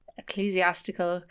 ecclesiastical